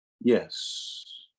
yes